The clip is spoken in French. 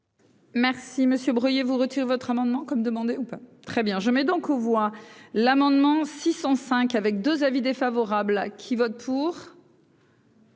Merci Monsieur Bruillet vous retire votre amendement comme demandé ou pas très bien je mets donc aux voix l'amendement 605 avec 2 avis défavorables qui vote pour.